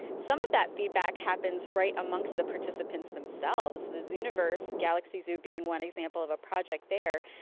some of that feedback happens right amongst the participants themselves. the zooniverse, galaxy zoo being one example of a project there,